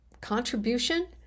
contribution